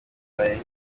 haye